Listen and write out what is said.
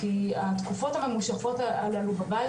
כי התקופות הממושכות הללו בבית,